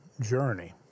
journey